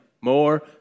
more